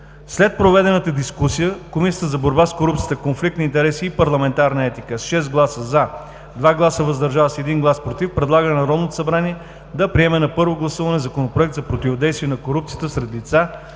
След проведената дискусия Комисията за борба с корупцията, конфликт на интереси и парламентарна етика с 6 гласа „за“, 1 „против“ и 2 гласа „въздържал се“ предлага на Народното събрание да приеме на първо гласуване Законопроект за противодействие на корупцията сред лица,